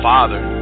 Father